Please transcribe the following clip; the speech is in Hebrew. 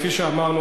כפי שאמרנו,